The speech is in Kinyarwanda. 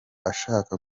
ashaka